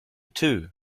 too